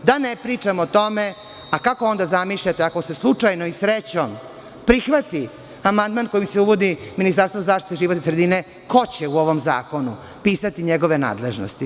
Da ne pričam o tome a kako onda zamišljate ako se slučajno i srećom prihvati amandman kojim se uvodi ministarstvo za zaštitu životne sredine, ko će u ovom zakonu pisati njegove nadležnosti.